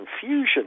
confusion